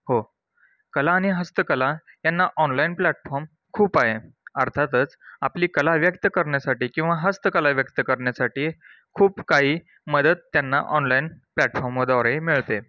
हो कला आणि हस्तकला यांना ऑनलाईन प्लॅटफॉम खूप आहे अर्थातच आपली कला व्यक्त करण्यासाठी किंवा हस्तकला व्यक्त करण्यासाठी खूप काही मदत त्यांना ऑनलाईन प्लॅटफॉमद्वारे मिळते